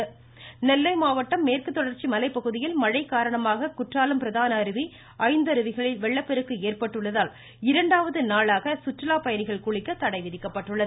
நெல்லை மழை நெல்லை மாவட்டம் மேற்கு மதொடர்ச்சி மலைப்பகுதிகளில் மழை காரணமாக குற்றாலம் பிரதான அருவி ஐந்தருவிகளில் வெள்ளப்பெருக்கு ஏற்பட்டுள்ளதால் இரண்டாவது நாளாக சுற்றுலா பயணிகள் குளிக்க தடை விதிக்கப்பட்டுள்ளது